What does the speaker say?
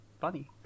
funny